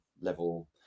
level